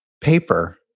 paper